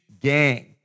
gang